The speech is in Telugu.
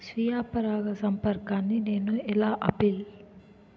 స్వీయ పరాగసంపర్కాన్ని నేను ఎలా ఆపిల్?